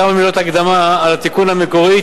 כמה מילות הקדמה על התיקון "המקורי",